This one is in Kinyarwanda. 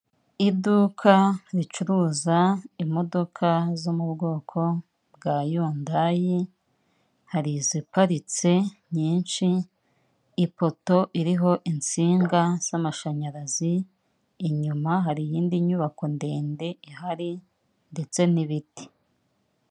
Iduka ricuruza imodoka zo mu bwoko bwa Hyundai, hari iziparitse nyinshi, ipoto iriho insinga z'amashanyarazi, inyuma hari iyindi nyubako ndende ihari ndetse n'ibiti.